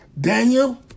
Daniel